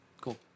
cool